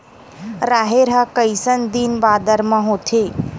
राहेर ह कइसन दिन बादर म होथे?